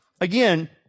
Again